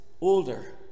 older